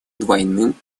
двойным